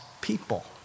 people